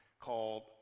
called